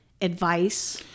advice